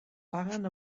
paguen